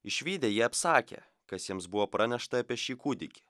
išvydę jie apsakė kas jiems buvo pranešta apie šį kūdikį